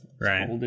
Right